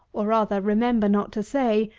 or, rather, remember not to say,